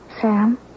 Sam